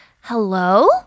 hello